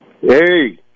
Hey